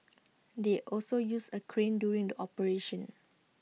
they also used A crane during the operation